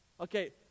Okay